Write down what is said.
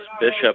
Bishop